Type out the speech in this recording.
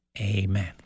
Amen